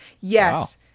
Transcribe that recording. Yes